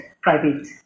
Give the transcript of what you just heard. private